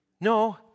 No